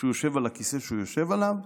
כשהוא יושב על הכיסא שהוא יושב עליו,